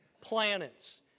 planets